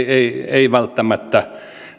ei välttämättä